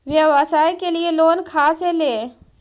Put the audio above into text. व्यवसाय के लिये लोन खा से ले?